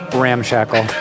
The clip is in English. ramshackle